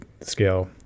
scale